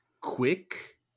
quick